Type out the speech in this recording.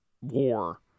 war